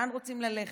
לאן רוצים ללכת?